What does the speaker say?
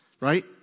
right